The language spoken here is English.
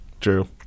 True